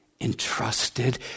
entrusted